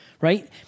Right